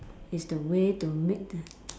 is the way to make the